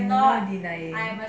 and don't deny it